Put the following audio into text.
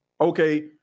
okay